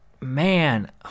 man